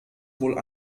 wohl